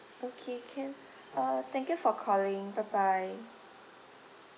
okay can uh thank you for calling bye bye